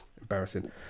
embarrassing